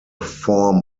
form